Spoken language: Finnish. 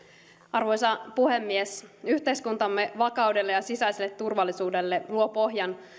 arvoisa puhemies yhteiskuntamme vakaudelle ja sisäiselle turvallisuudelle luovat pohjan